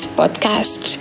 podcast